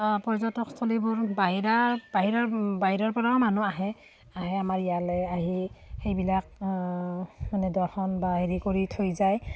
পৰ্যটকস্থলীবোৰ বাহিৰা বাহিৰৰ বাহিৰৰপৰাও মানুহ আহে আহে আমাৰ ইয়ালৈ আহি সেইবিলাক মানে দৰ্শন বা হেৰি কৰি থৈ যায়